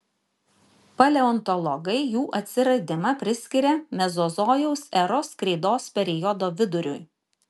paleontologai jų atsiradimą priskiria mezozojaus eros kreidos periodo viduriui